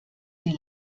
sie